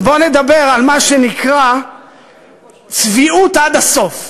אז בוא נדבר על מה שנקרא צביעות עד הסוף.